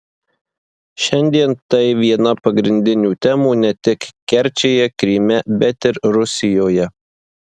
šiandien tai viena pagrindinių temų ne tik kerčėje kryme bet ir rusijoje